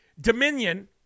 Dominion